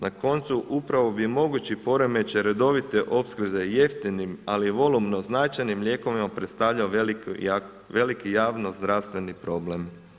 Na koncu, upravo bi mogući poremećaj redovite opskrbe jeftinim ali volumno značajnim lijekovima predstavljalo veliki javnozdravstveni problem.